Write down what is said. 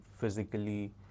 physically